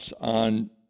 on